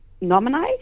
nominate